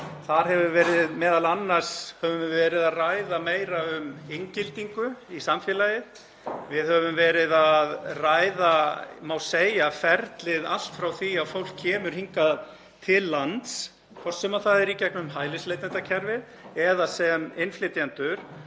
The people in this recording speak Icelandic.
ég held að sé jákvætt. Þar höfum við verið að ræða meira um inngildingu í samfélagið. Við höfum verið að ræða má segja ferlið allt frá því að fólk kemur hingað til lands, hvort sem það er í gegnum hælisleitendakerfið eða sem innflytjendur,